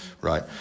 Right